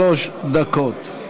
שלוש דקות.